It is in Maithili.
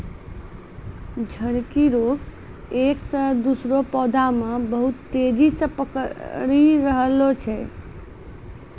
झड़की रोग एक से दुसरो पौधा मे बहुत तेजी से पकड़ी रहलो छै